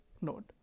node